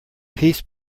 peace